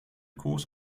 course